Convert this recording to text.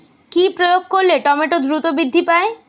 কি প্রয়োগ করলে টমেটো দ্রুত বৃদ্ধি পায়?